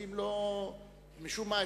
משום מה,